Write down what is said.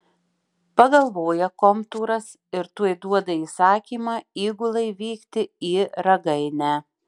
pagalvoja komtūras ir tuoj duoda įsakymą įgulai vykti į ragainę